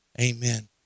amen